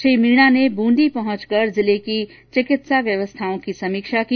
श्री मीणा ने बूंदी पहुंचकर जिले की चिकित्सा व्यवस्थाओं की समीक्षा की